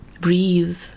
breathe